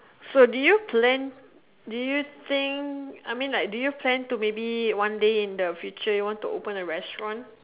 so do you plan do you think I mean like do you plan to maybe one day in the future you want to open a restaurant